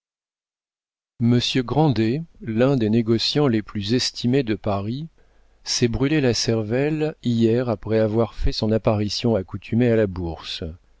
article monsieur grandet l'un des négociants les plus estimés de paris s'est brûlé la cervelle hier après avoir fait son apparition accoutumée à la bourse